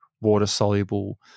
water-soluble